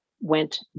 went